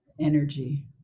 energy